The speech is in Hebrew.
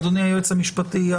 אדוני היועץ המשפטי,